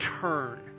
turn